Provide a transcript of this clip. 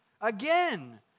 again